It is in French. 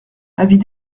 avis